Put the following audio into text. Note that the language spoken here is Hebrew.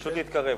פשוט להתקרב.